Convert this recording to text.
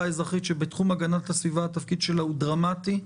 האזרחית שבתחום הגנת הסביבה התפקיד שלה הוא דרמטי,